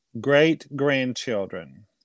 great-grandchildren